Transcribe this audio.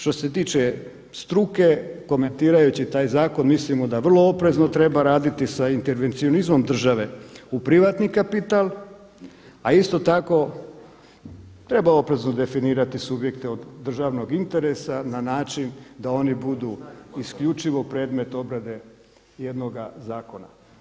Što se tiče struke, komentirajući taj zakon mislimo da vrlo oprezno treba raditi sa intervencionizmom države u privatni kapital, a isto tako treba oprezno definirati subjekte od državnog interesa na način da oni budu isključivo predmet obrade jednoga zakona.